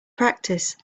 practice